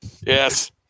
Yes